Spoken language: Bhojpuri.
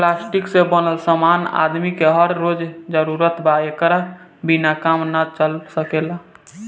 प्लास्टिक से बनल समान आदमी के हर रोज जरूरत बा एकरा बिना काम ना चल सकेला